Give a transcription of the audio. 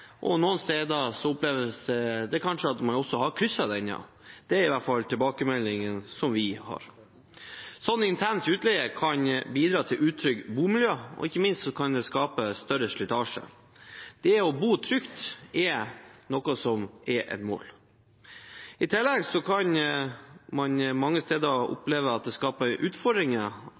og noen steder oppleves det som om man kanskje også har krysset den linjen. Det er i hvert fall tilbakemeldingen som vi har fått. Sånn intens utleie kan bidra til utrygt bomiljø, og ikke minst kan det skape større slitasje. Det å bo trygt er et mål. I tillegg kan man mange steder oppleve at det skaper utfordringer